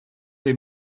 des